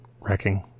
wrecking